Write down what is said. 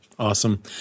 Awesome